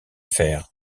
faire